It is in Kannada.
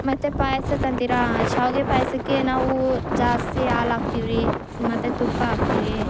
ಮತ್ತೆ ಪಾಯಸಕ್ಕಂತಿರಾ ಶಾವಿಗೆ ಪಾಯಸಕ್ಕೆ ನಾವು ಜಾಸ್ತಿ ಹಾಲಾಕ್ತೀವಿ ಮತ್ತು ತುಪ್ಪ ಹಾಕ್ತೀವಿ